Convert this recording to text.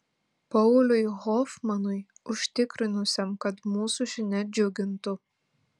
pauliui hofmanui užtikrinusiam kad mūsų žinia džiugintų